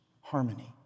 harmony